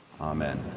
Amen